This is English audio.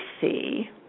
see